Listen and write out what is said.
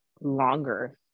longer